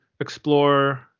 explore